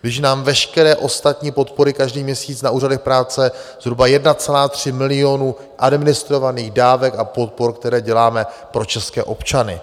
Když nám veškeré ostatní podpory každý měsíc na úřadech práce, zhruba 1,3 milionu administrovaných dávek a podpor, které děláme pro české občany, běží.